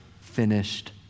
finished